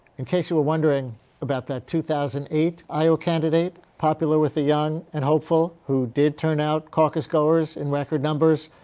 in case you were wondering about that two thousand and eight iowa candidate popular with the young and hopeful who did turnout caucus goers in record numbers,